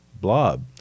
blob